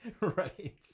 right